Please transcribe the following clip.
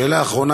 שאלה אחרונה,